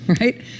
right